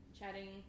chatting